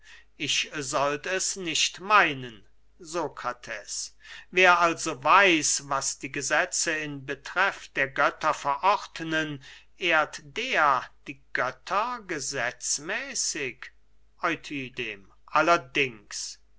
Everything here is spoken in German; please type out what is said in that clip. ich sollt es nicht meinen sokrates wer also weiß was die gesetze in betreff der götter verordnen ehrt der die götter gesetzmäßig euthydem allerdings